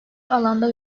alanda